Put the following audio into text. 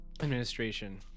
administration